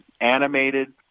animated